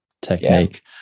technique